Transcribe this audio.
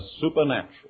supernatural